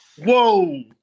whoa